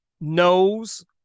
knows